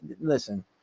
Listen